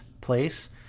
place